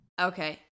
Okay